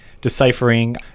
deciphering